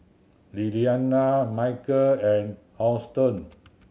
Lillianna Michel and Houston